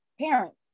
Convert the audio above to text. parents